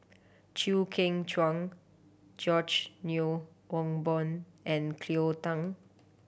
Chew Kheng Chuan George Yeo Yong Boon and Cleo Thang